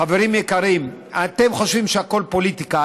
חברים יקרים, אתם חושבים שהכול פוליטיקה.